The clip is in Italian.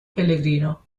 pellegrino